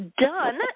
done